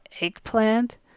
eggplant